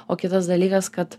o kitas dalykas kad